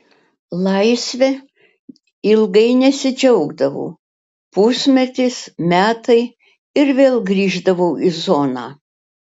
laisve ilgai nesidžiaugdavau pusmetis metai ir vėl grįždavau į zoną